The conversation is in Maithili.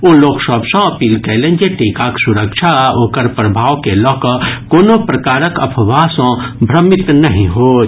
ओ लोक सभ सँ अपील कयलनि जे टीकाक सुरक्षा आ ओकर प्रभाव के लऽ कऽ कोनो प्रकारक अफवाह सँ भ्रमित नहि होथि